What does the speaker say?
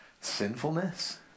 sinfulness